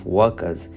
workers